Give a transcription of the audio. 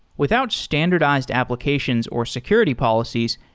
without standardized applications or security policies,